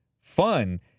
fun